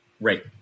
right